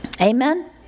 Amen